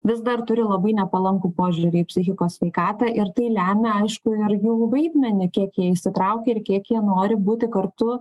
vis dar turi labai nepalankų požiūrį į psichikos sveikatą ir tai lemia aiškų ir jų vaidmenį kiek jie įsitraukia ir kiek jie nori būti kartu